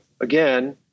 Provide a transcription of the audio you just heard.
Again